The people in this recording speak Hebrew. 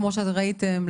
כמו שראיתם,